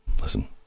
Listen